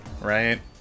right